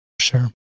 Sure